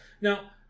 Now